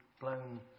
blown